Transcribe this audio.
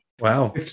Wow